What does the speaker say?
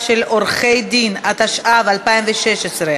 טרחה, אני מבקש להוסיף אותי.